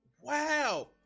Wow